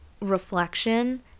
reflection